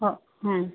हो